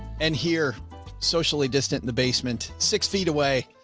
and here socially distant in the basement, six feet away.